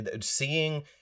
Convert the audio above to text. seeing